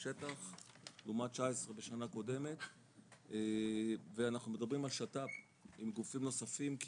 ביקורים לעומת 19 בשנה קודמת ואנחנו מדברים על שת"פ עם גופים נוספים,